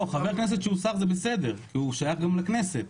חבר כנסת שהוא שר זה בסדר, כי הוא שייך גם לכנסת.